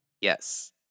Yes